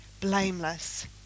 blameless